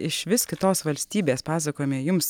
iš vis kitos valstybės pasakojame jums